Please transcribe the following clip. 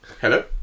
Hello